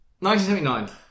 1979